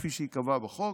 כפי שייקבע בחוק,